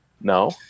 No